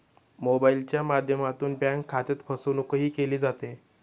मोबाइलच्या माध्यमातून बँक खात्यात फसवणूकही केली जाते